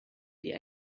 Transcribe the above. die